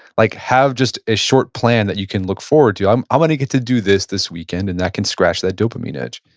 like have just a short plan that you can look forward to. i'm i'm gonna get to do this this weekend and that can scratch that dopamine edge